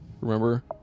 Remember